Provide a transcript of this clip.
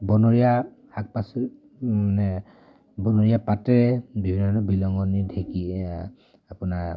বনৰীয়া শাক পাচলি মানে বনৰীয়া পাতেৰে বিভিন্ন ধৰণৰ বিহলঙনী ঢেঁকীয়া আপোনাৰ